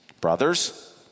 brothers